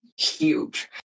Huge